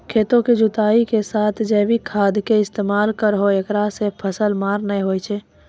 खेतों के जुताई के साथ जैविक खाद के इस्तेमाल करहो ऐकरा से फसल मार नैय होय छै?